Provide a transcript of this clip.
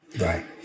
Right